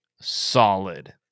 solid